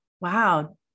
Wow